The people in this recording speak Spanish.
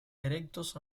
erectos